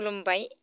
खुलुमबाय